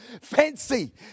Fancy